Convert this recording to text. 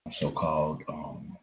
so-called